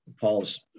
Paul's